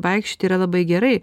vaikščioti yra labai gerai